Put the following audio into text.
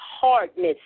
hardness